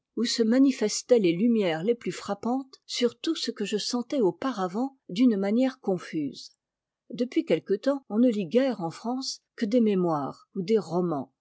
se manifestaient les lumières les plus frappantes sur tout ce que je sentais auparavant d'une manière confuse depuis quelque temps on ne lit guère en france que des mémoires ou des romans